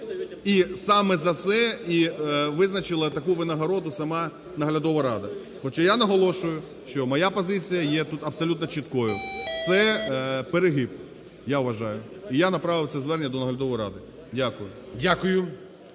і саме за це визначила таку винагороду сама наглядова рада. Хоча я наголошую, що моя позицію тут є абсолютно чіткою. Цеперегиб, я вважаю, і я направив це звернення до наглядової ради. Дякую.